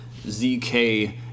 ZK